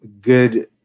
good